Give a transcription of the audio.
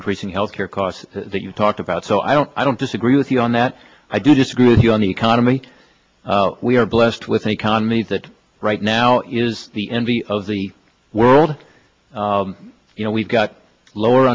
increasing health care costs that you talked about so i don't i don't disagree with you on that i do disagree with you on the economy we are blessed with an economy that right now is the envy of the world you know we've got lower